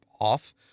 off